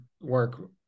work